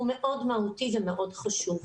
הוא מאוד מהותי ומאוד חשוב.